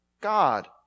God